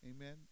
amen